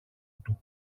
του